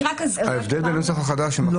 לא.